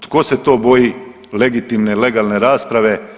Tko se to boji legitimne i legalne rasprave?